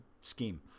scheme